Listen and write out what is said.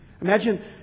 Imagine